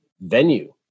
venue